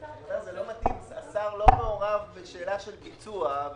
השר לא מעורב בשאלה של ביצוע.